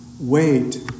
Wait